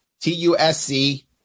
T-U-S-C